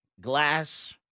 glass